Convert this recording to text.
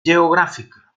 geogràfica